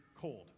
cold